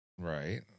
Right